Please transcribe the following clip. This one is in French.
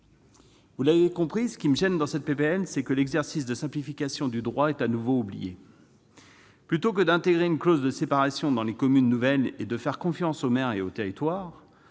Vous l'avez compris, ce qui me gêne dans cette proposition de loi, c'est que l'exercice de simplification du droit est de nouveau oublié. Plutôt que d'intégrer une clause de séparation dans les communes nouvelles et de faire confiance aux maires et aux territoires,